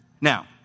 Now